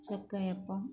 ചക്കയപ്പം